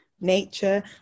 nature